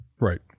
right